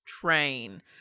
train